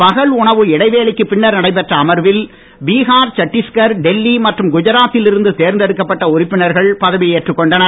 பகல் உணவு இடைவேளைக்கு பின்னர் நடைபெற்ற அமர்வில் பீகார் சட்டீஸ்கர் டெல்லி மற்றும் குஜராத்தில் இருந்து தேர்ந்தெடுக்கப்பட்ட உறுப்பினர்கள் பதவி ஏற்றுக் கொண்டனர்